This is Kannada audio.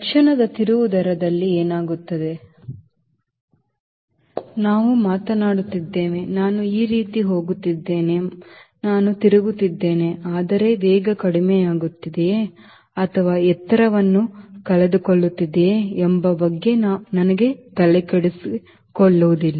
ತತ್ಕ್ಷಣದ ತಿರುವು ದರದಲ್ಲಿ ಏನಾಗುತ್ತದೆ ನಾವು ಮಾತನಾಡುತ್ತಿದ್ದೇನೆ ನಾನು ಈ ರೀತಿ ಹೋಗುತ್ತಿದ್ದೇನೆ ನಾನು ತಿರುಗುತ್ತಿದ್ದೇನೆ ಆದರೆ ವೇಗ ಕಡಿಮೆಯಾಗುತ್ತಿದೆಯೇ ಅಥವಾ ಎತ್ತರವನ್ನು ಕಳೆದುಕೊಳ್ಳುತ್ತಿದೆಯೇ ಎಂಬ ಬಗ್ಗೆ ನನಗೆ ತಲೆಕೆಡಿಸಿಕೊಳ್ಳುವುದಿಲ್ಲ